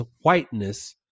whiteness